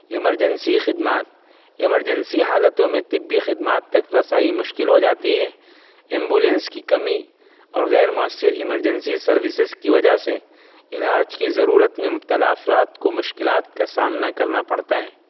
emergency خدمات emergency حالتوں میں طبی خدمات تک رسائی مشکل ہو جاتی ہے ایمبولینس کی کمی اور غیر مؤثر ایمرجنسی سروسز کی وجہ سے علاج کی ضرورت میں مبتلا افراد کو مشکلات کا سامنا کرنا پڑتا ہے